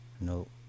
Nope